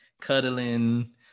cuddling